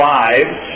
lives